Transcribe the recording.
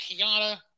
Kiana